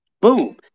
Boom